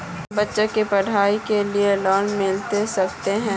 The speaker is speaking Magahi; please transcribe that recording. बच्चा के पढाई के लिए लोन मिलबे सके है?